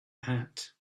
hat